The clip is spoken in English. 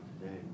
today